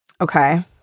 Okay